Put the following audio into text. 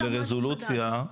אנחנו נכנס פה לרזולוציה,